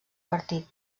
partit